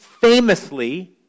famously